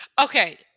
Okay